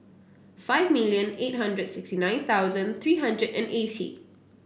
five million eight hundred sixty nine thousand three hundred and eighty